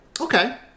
Okay